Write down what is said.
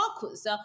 focus